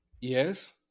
Yes